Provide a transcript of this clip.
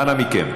אנא מכם.